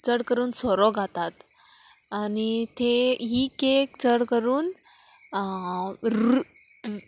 चड करून सोरो घातात आनी थंय ही केक चड करून रू